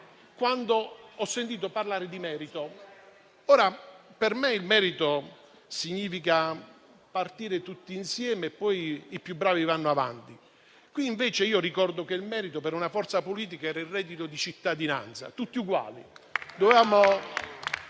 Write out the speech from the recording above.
quando ho sentito parlare di merito. Per me merito significa partire tutti insieme e poi i più bravi vanno avanti. Qui invece ricordo che il merito per una forza politica era il reddito di cittadinanza, per cui